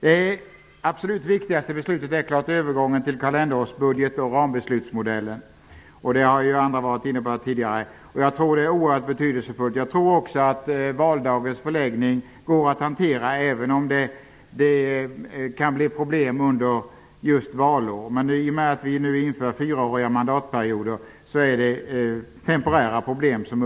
Det absolut viktigaste är övergången till kalenderårsbudget och rambeslutsmodellen. Jag tror att det är oerhört betydelsefullt. Jag tror också att valdagens förläggning är en fråga som går att hantera, även om det kan bli problem under just valår. I och med att vi nu inför fyraåriga mandatperioder är det fråga om temporära problem.